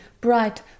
bright